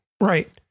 right